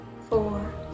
four